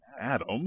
Adam